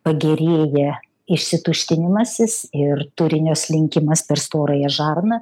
pagėrėja išsituštinimasis ir turinio slinkimas per storąją žarną